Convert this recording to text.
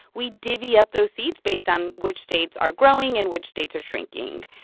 we divvy up those seats based on which states are growing and which states are shrinking.